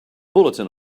bulletin